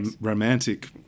Romantic